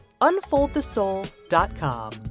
unfoldthesoul.com